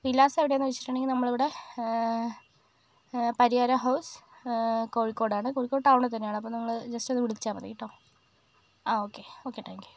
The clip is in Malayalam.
വിലാസം എവിടെയാന്ന് വെച്ചിട്ടുണ്ടെങ്കിൽ നമ്മളിവിടെ പര്യാരം ഹൗസ് കോഴിക്കോടാണ് കോഴിക്കോട് ടൗണിൽ തന്നെയാണ് അപ്പോൾ നമ്മളെ ജസ്റ്റ് ഒന്ന് വിളിച്ചാൽ മതി കെട്ടോ ആ ഓക്കെ ഓക്കെ താങ്ക് യു